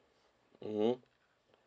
mmhmm